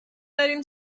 داریم